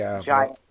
giant